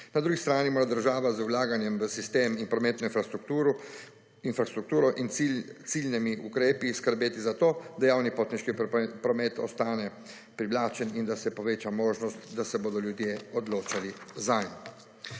Na drugi strani mora država z vlaganjem v sistem in prometno infrastrukturo in ciljnimi ukrepi skrbeti za to, da javni potniški promet ostane privlačen in da se poveča možnost, da se bodo ljudje odločali zanj.